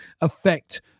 affect